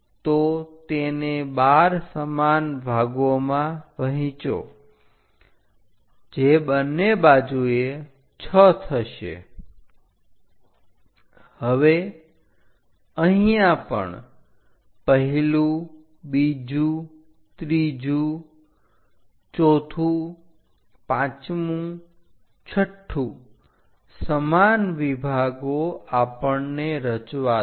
તો તેને 12 સમાન ભાગોમાં વહેંચો જે બંને બાજુએ 6 થશે હવે અહીંયા પણ પહેલું બીજું ત્રીજું ચોથું પાંચમું છઠ્ઠું સમાન વિભાગો આપણને રચવા દો